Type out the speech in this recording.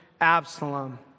Absalom